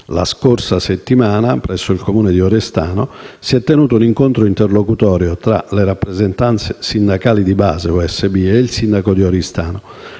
La scorsa settimana, presso il Comune di Oristano, si è tenuto un incontro interlocutorio tra le rappresentanze sindacali di base (USB) ed il sindaco di Oristano,